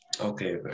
Okay